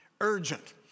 Urgent